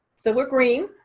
so we're green.